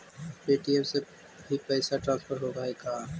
Paytm से भी पैसा ट्रांसफर होवहकै?